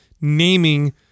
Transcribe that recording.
naming